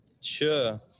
Sure